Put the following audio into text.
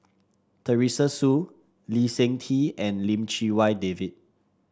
Teresa Hsu Lee Seng Tee and Lim Chee Wai David